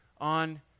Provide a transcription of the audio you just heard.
on